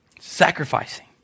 Sacrificing